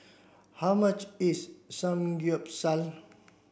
how much is Samgyeopsal